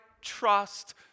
trust